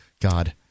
God